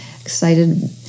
excited